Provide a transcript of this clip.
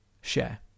share